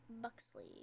Buxley